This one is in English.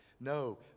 No